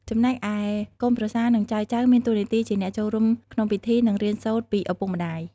ចំណែកឯ កូនប្រសា និង ចៅៗ មានតួនាទីជាអ្នកចូលរួមក្នុងពិធី និងរៀនសូត្រពីឪពុកម្ដាយ។